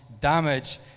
damage